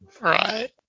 Right